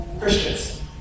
Christians